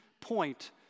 point